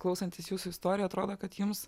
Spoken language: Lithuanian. klausantis jūsų istorijų atrodo kad jums